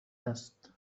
است